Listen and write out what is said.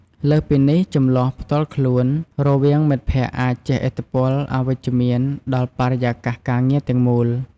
លើសពីនេះ ជម្លោះផ្ទាល់ខ្លួនរវាងមិត្តភក្តិអាចជះឥទ្ធិពលអវិជ្ជមានដល់បរិយាកាសការងារទាំងមូល។